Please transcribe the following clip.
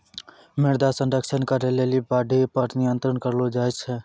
मृदा संरक्षण करै लेली बाढ़ि पर नियंत्रण करलो जाय छै